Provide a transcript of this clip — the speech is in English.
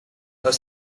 are